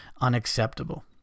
Unacceptable